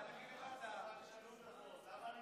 למה אתה לא נותן לה לדבר?